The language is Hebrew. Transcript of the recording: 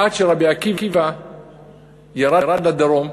עד שרבי עקיבא ירד לדרום.